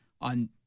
on